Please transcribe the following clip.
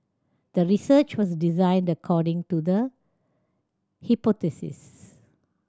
the research was designed according to the hypothesis